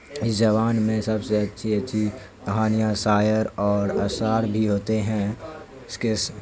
اس زبان میں سب سے اچھی اچھی کہانیاں شاعر اور اشعار بھی ہوتے ہیں اس کے